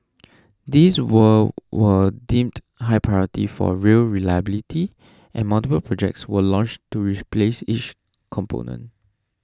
these were were deemed high priority for rail reliability and multiple projects were launched to replace each component